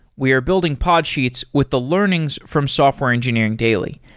we are building podsheets with the learnings from software engineering daily.